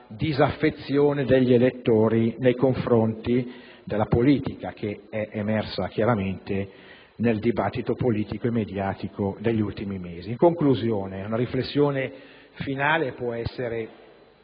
disaffezione degli elettori nei confronti della politica, emersa chiaramente nel dibattito politico e mediatico degli ultimi mesi. In conclusione, vorrei esprimere